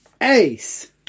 ace